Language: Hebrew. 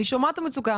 אני שומעת את המצוקה,